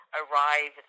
arrive